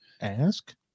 ask